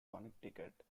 connecticut